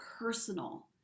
personal